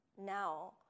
now